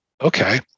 okay